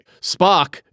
Spock